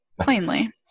Plainly